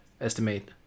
estimate